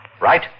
right